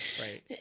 right